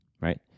right